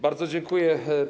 Bardzo dziękuję.